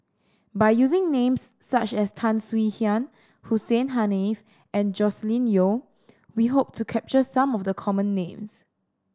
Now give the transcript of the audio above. by using names such as Tan Swie Hian Hussein Haniff and Joscelin Yeo we hope to capture some of the common names